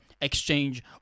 exchange